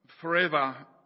forever